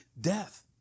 death